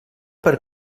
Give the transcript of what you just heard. per